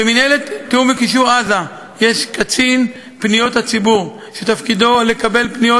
במינהלת תיאום וקישור עזה יש קצין פניות הציבור שתפקידו לקבל פניות